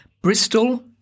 Bristol –